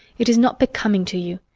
it is not becoming to you.